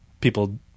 People